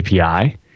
API